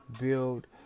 build